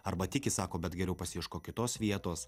arba tiki sako bet geriau pasiieškok kitos vietos